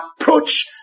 approach